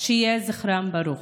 יהיה זכרם ברוך.